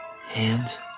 Hands